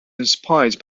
inspired